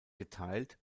geteilt